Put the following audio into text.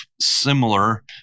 similar